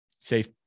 safe